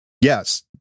Yes